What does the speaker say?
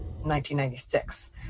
1996